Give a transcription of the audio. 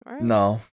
no